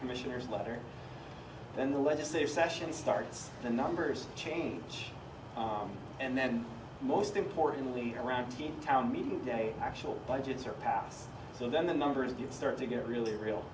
commissioners letter then the legislative session starts the numbers change and then most importantly around team town meeting they actual budgets are passed so then the numbers you start to get really real